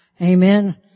Amen